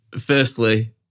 firstly